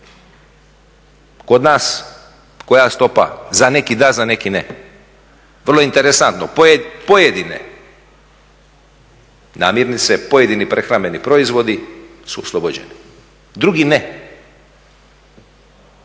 kod nas koja stopa za neke da za neke ne. Vrlo interesantno, pojedine namirnice, pojedini prehrambeni proizvodi su oslobođeni drugi ne.